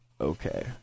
okay